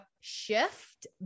shift